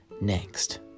Next